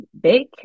big